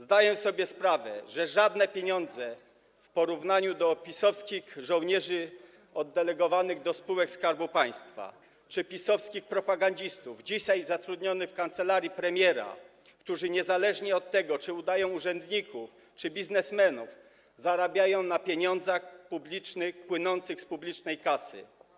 Zdaję sobie sprawę, że to żadne pieniądze w porównaniu z pieniędzmi PiS-owskich żołnierzy oddelegowanych do spółek Skarbu Państwa czy PiS-owskich propagandzistów dzisiaj zatrudnionych w kancelarii premiera, którzy niezależnie od tego, czy udają urzędników, czy biznesmanów, korzystają z pieniędzy publicznych płynących z publicznej kasy.